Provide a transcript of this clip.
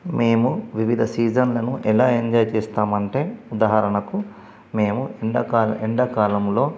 మేము వివిధ సీజన్లను ఎలా ఎంజాయ్ చేస్తాము అంటే ఉదాహరణకు మేము ఎండాకాల ఎండాకాలంలో